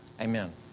Amen